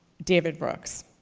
david brooks.